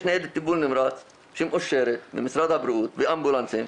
יש ניידת טיפול נמרץ שמקושרת למשרד הבריאות ואמבולנסים,